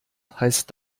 heißt